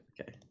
Okay